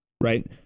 Right